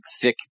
thick